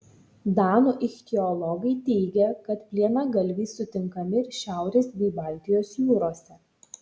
danų ichtiologai teigia kad plienagalviai sutinkami ir šiaurės bei baltijos jūrose